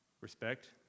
Respect